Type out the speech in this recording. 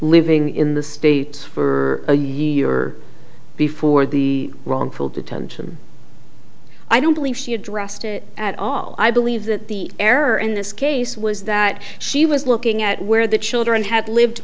living in the states for a year before the wrongful detention i don't believe she addressed it at all i believe that the error in this case was that she was looking at where the children had lived